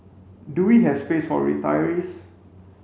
do we have space for retirees